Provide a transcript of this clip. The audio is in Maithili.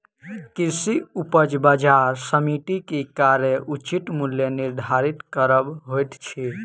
कृषि उपज बजार समिति के कार्य उचित मूल्य निर्धारित करब होइत अछि